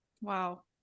Wow